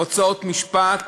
הוצאות משפט,